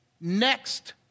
next